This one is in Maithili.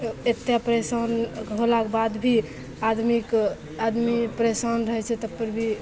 एतेक परेशान होलाके बादभी आदमीके आदमी परेशान रहै छै ताहिपर भी